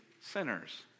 sinners